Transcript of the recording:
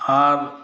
आब